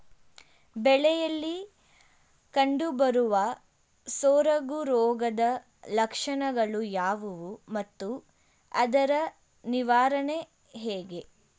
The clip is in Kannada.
ಬೆಳೆಯಲ್ಲಿ ಕಂಡುಬರುವ ಸೊರಗು ರೋಗದ ಲಕ್ಷಣಗಳು ಯಾವುವು ಮತ್ತು ಅದರ ನಿವಾರಣೆ ಹೇಗೆ?